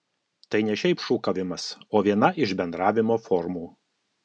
tai ne šiaip šūkavimas o viena iš bendravimo formų